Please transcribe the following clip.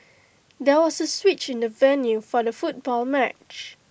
there was A switch in the venue for the football match